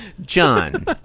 John